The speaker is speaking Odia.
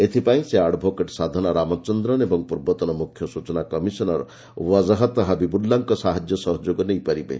ଏଥିପାଇଁ ସେ ଆଡଭୋକେଟ୍ ସାଧନା ରାମଚନ୍ଦ୍ରନ ଏବଂ ପୂର୍ବତନ ମୁଖ୍ୟ ସୂଚନା କମିଶନର ୱାଜହତ ହବିବୁଲ୍ଲାଙ୍କ ସାହାଯ୍ୟ ସହଯୋଗ ନେଇପାରିବେ